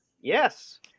Yes